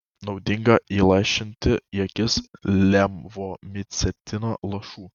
naudinga įlašinti į akis levomicetino lašų